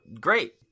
great